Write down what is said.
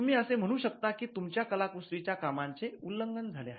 तुम्ही असे म्हणू शकतात की तुमच्या कलाकुसरीच्या कामाचे उल्लंघन झाले